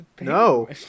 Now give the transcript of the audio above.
No